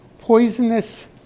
poisonous